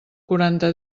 quaranta